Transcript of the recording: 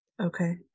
Okay